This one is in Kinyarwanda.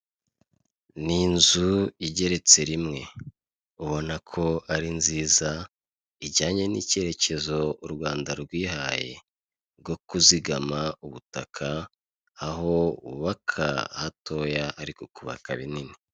Ni inzu igeretse rimwe. Ubonako ari nziza ijyanye n'ikerekezo u Rwanda rwihaye rwo kuzigama ubutaha aho w'ubaka hatoya ariko ukubaka ibinini.